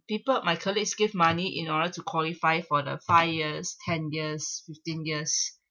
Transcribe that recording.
people my colleagues give money in order to qualify for the five years ten years fifteen years